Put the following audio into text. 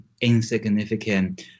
insignificant